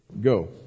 Go